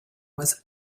was